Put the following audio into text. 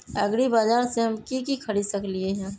एग्रीबाजार से हम की की खरीद सकलियै ह?